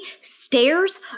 stairs